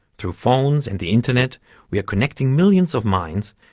through phones and the internet we are connecting millions of minds,